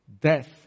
death